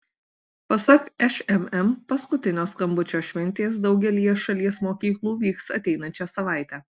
pasak šmm paskutinio skambučio šventės daugelyje šalies mokyklų vyks ateinančią savaitę